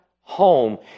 home